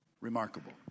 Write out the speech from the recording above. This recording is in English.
Remarkable